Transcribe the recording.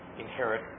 inherit